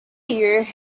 you